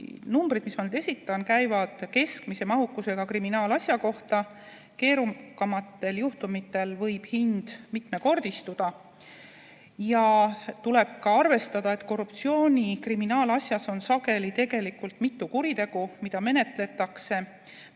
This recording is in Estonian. summad, mis ma nüüd esitan, käivad keskmise mahukusega kriminaalasja kohta. Keerukamate juhtumite korral võib hind mitmekordistuda. Tuleb arvestada sedagi, et korruptsiooni kriminaalasjas on sageli tegelikult mitu kuritegu, mida menetletakse,